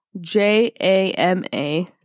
JAMA